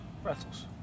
Pretzels